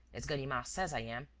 as ganimard says i am,